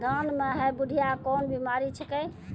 धान म है बुढ़िया कोन बिमारी छेकै?